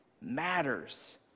matters